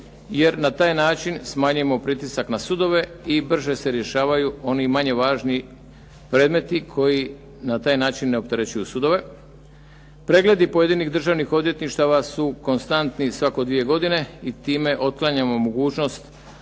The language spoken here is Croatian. jer na taj način smanjujemo pritisak na sudove i brže se rješavaju oni manje važni predmeti koji na taj način ne opterećuju sudove. Pregledi pojedinih državnih odvjetništava su konstantni svako dvije godine i time otvaramo mogućnost